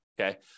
okay